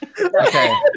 Okay